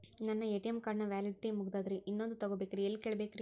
ನನ್ನ ATM card ನ validity ಮುಗದದ್ರಿ ಇನ್ನೊಂದು ತೊಗೊಬೇಕ್ರಿ ಎಲ್ಲಿ ಕೇಳಬೇಕ್ರಿ?